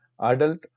adult